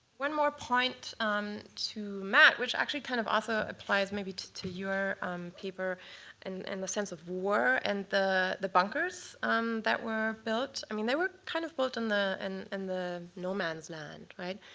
more point to matt, which actually kind of also applies, maybe, to to your paper and in the sense of war and the the bunkers that were built. i mean they were kind of built in the and in the no man's land, right?